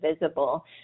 visible